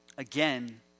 Again